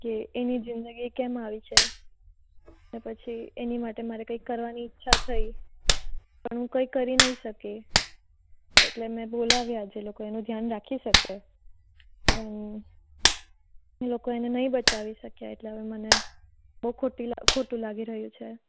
કે એની જિંદગી કેમ આવી છે ને પછી એની માટે મારે કંઈક કરવાની ઈચ્છા થઈ પણ હું કંઈ કરી ન શકી એટલે મેં બોલાવ્યા જે લોકો એનું ધ્યાન રાખી શકે પણ એ લોકો એને નહીં બચાવી શક્યા એટલે હવે મને બહુ ખોટું લાગી રહ્યું છે